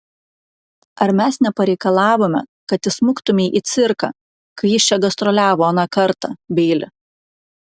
ar mes nepareikalavome kad įsmuktumei į cirką kai jis čia gastroliavo aną kartą beili